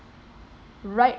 right